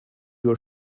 your